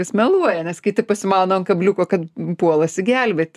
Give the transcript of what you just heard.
jis meluoja nes kiti pasimauna ant kabliuko kad puolasi gelbėti